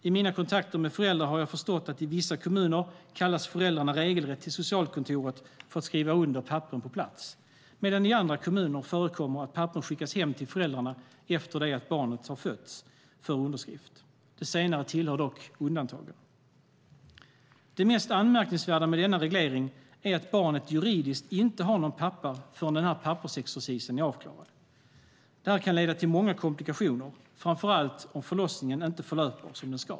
I mina kontakter med föräldrar har jag förstått att i vissa kommuner kallas föräldrarna regelrätt till socialkontoret för att skriva under papperen på plats, medan det i andra kommuner förekommer att papperen skickas hem till föräldrarna efter barnets födelse för underskrift. Det senare tillhör dock undantagen. Det mest anmärkningsvärda med denna reglering är att barnet juridiskt inte har någon pappa förrän pappersexercisen är avklarad. Det här kan leda till många komplikationer, framför allt om förlossningen inte förlöper som den ska.